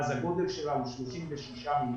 אז הגודל שלה הוא 36 מיליארד.